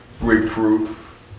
reproof